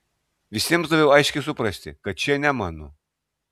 visiems daviau aiškiai suprasti kad šie ne mano